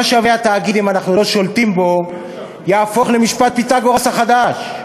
"מה שווה התאגיד אם אנחנו לא שולטים בו" יהפוך למשפט פיתגורס החדש,